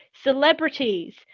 Celebrities